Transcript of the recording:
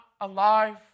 alive